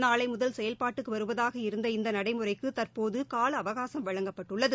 நாளை முதால் செயல்பாட்டுக்கு வருவதாக இருந்த இந்த நடைமுறைக்கு தற்போது கால அவகாசம் வழங்கப்பட்டுள்ளது